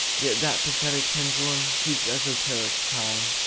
yet that pathetic pendulum keeps esoteric time.